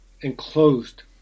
enclosed